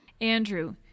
Andrew